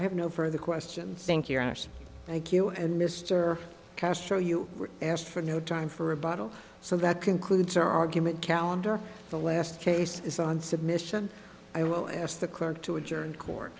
i have no further questions thank you and mr castro you asked for no time for a bottle so that concludes our argument calendar the last case is on submission i will ask the clerk to adjourn court